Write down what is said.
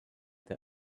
they